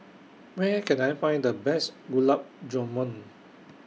Where Can I Find The Best Gulab Jamun